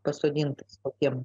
pasodintas kokiem